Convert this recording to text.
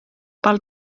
per